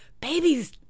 Babies